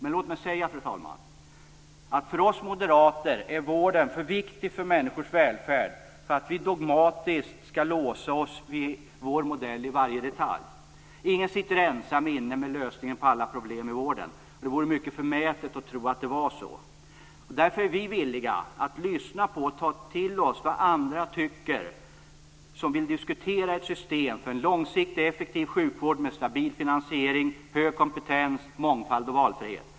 Låt mig också säga, fru talman, att för oss moderater är vården för viktig för människors välfärd för att vi dogmatiskt skall låsa oss vid vår modell i varje detalj. Ingen sitter ensam inne med lösningen på alla problem som finns i vården. Det vore mycket förmätet att tro det. Därför är vi villiga att lyssna på och ta till oss vad andra tycker som vill diskutera ett system för en långsiktigt effektiv sjukvård med stabil finansiering, hög kompetens, mångfald och valfrihet.